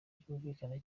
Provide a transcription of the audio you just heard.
ryumvikana